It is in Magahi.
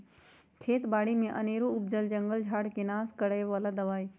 खेत बारि में अनेरो उपजल जंगल झार् के नाश करए बला दबाइ